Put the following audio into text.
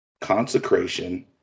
consecration